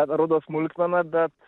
atrodo smulkmena bet